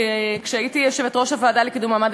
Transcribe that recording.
כשהייתי יושבת-ראש הוועדה לקידום מעמד